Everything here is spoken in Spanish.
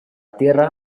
tierra